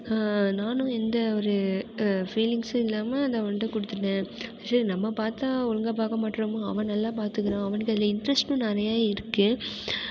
நானும் எந்த ஒரு ஃபீலிங்ஸ்சும் இல்லாமல் அதை அவன்கிட்ட கொடுத்துட்டேன் சரி நம்ம பார்த்தா ஒழுங்காக பார்க்கமாட்ரோம்மோ அவன் நல்லா பார்த்துக்குறான் அவனுக்கு அதில் இன்ட்ரெஸ்ட்டும் நிறைய இருக்குது